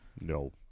No